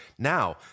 Now